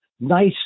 nice